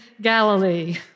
Galilee